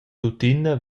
tuttina